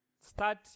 start